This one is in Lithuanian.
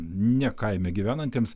ne kaime gyvenantiems